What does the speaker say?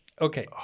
Okay